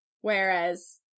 whereas